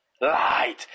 Light